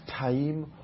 time